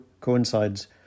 coincides